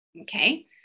Okay